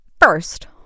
first